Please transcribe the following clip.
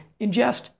ingest